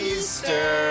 Easter